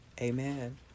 Amen